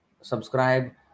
subscribe